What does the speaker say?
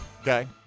Okay